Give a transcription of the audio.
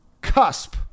cusp